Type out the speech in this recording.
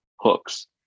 hooks